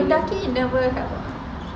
Mendaki never help